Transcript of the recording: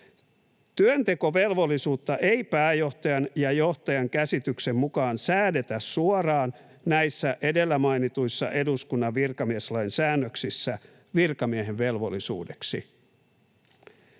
”Työntekovelvollisuutta ei pääjohtajan ja johtajan käsityksen mukaan säädetä suoraan näissä edellä mainituissa eduskunnan virkamieslain säännöksissä virkamiehen velvollisuudeksi.